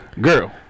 girl